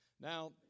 Now